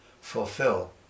fulfill